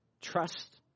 trust